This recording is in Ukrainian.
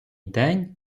день